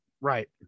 right